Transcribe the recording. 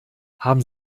haben